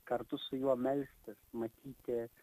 kartu su juo melstis matyti